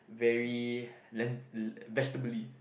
very len~ vegetably